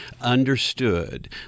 understood